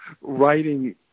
writing